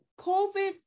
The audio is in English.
COVID